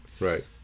Right